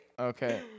Okay